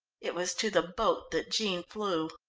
it was to the boat that jean flew.